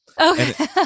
okay